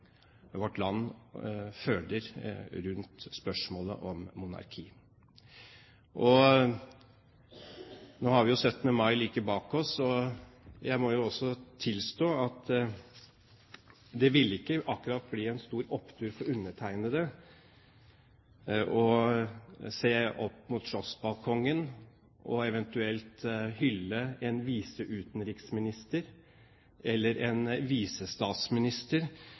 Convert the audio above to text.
vårt land føler rundt spørsmålet om monarki. Nå har vi 17. mai like bak oss. Jeg må tilstå at det ville ikke akkurat bli en stor opptur for meg å se opp mot slottsbalkongen og eventuelt hylle en viseutenriksminister eller en visestatsminister,